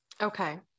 Okay